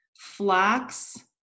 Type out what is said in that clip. flax